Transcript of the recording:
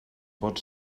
pot